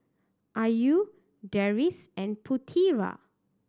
Ayu Deris and Putera